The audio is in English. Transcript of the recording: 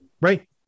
right